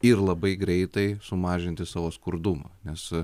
ir labai greitai sumažinti savo skurdumą nes